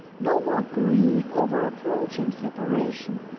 no more grief over approaching separation.